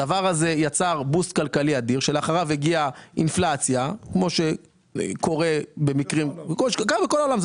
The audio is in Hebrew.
הדבר הזה יצר בוסט כלכלי אדיר שלאחריו הגיעה האינפלציה בכל העולם,